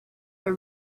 but